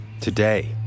Today